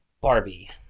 Barbie